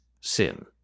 sin